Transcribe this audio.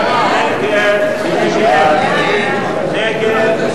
ההסתייגות של קבוצת סיעת חד"ש לסעיף 37,